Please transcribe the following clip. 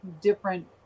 different